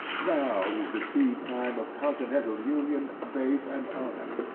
now is the seed time of continental union, faith and honor.